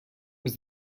was